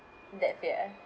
that fear ah